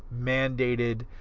mandated